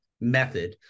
method